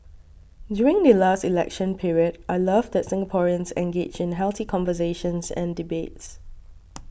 during the last election period I love that Singaporeans engage in healthy conversations and debates